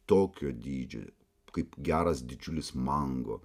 tokio dydžio kaip geras didžiulis mango